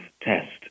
test